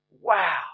Wow